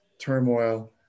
turmoil